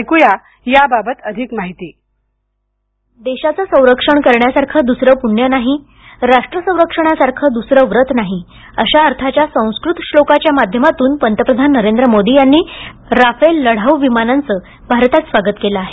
ध्वनी देशाचं संरक्षण करण्यासारखं दुसरं पुण्य नाही राष्ट्र संरक्षणासारखं दुसरं व्रत नाही अशा अर्थाच्या संस्कृत श्लोकाच्या माध्यमातून पंतप्रधान नरेंद्र मोदी यांनी राफेल लढाऊ विमानांचं भारतात स्वागत केलं आहे